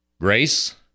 Grace